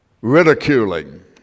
ridiculing